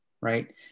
right